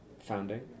founding